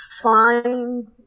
find